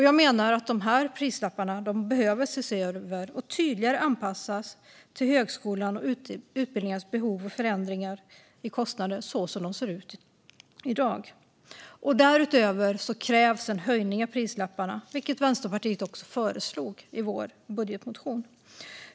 Jag menar att dessa prislappar behöver ses över och tydligare anpassas till högskolans och utbildningarnas behov och förändringar i kostnaderna så som de ser ut i dag. Därutöver krävs en höjning av prislapparna, vilket Vänsterpartiet också föreslog i sin budgetmotion.